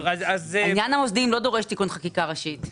עניין המוסדיים לא דורש תיקון חקיקה ראשית.